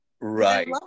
Right